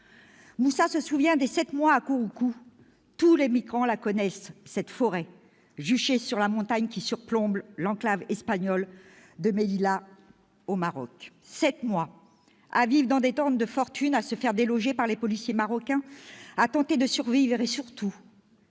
Moussa se souvient des sept mois à Gourougou. Tous les migrants la connaissent, cette [...] forêt, juchée sur la montagne qui surplombe l'enclave espagnole de Melilla au Maroc. [...] Sept mois à vivre dans des tentes de fortune, à se faire déloger par les policiers marocains, à tenter de survivre. Et surtout,